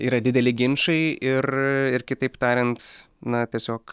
yra dideli ginčai ir ir kitaip tariant na tiesiog